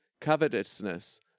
covetousness